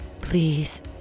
please